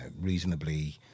reasonably